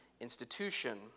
institution